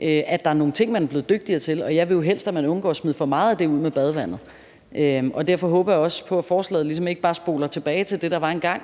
at der er nogle ting, man er blevet dygtigere til. Jeg vil jo helst, at man undgår at smide for meget af det ud med badevandet. Derfor håber jeg også på, at forslaget ligesom ikke bare spoler tilbage til det, der var engang,